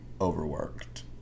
overworked